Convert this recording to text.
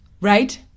Right